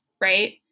right